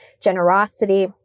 generosity